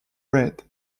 red